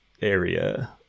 area